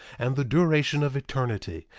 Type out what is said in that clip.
and the duration of eternity,